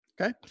Okay